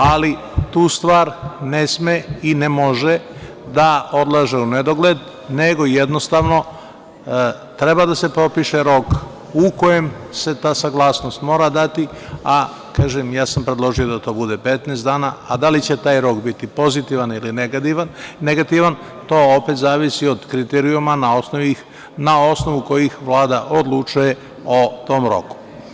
Ali, tu stvar ne sme i ne može da odlaže u nedogled, nego jednostavno treba da se propiše rok u kojem se ta saglasnost mora dati, a kažem, predložio sam da to bude 15 dana, a da li će taj rok biti pozitivan ili negativan, to opet zavisi od kriterijuma na osnovu kojih Vlada odlučuje o tom roku.